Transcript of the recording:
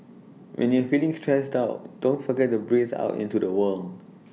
when you are feeling stressed out don't forget to breathe out into the void